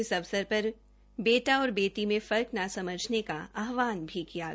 इस अवसर पर बेटा और बेटी में फर्क न समझने का आहवान किया गया